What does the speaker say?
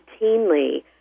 routinely